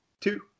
two